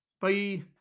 Bye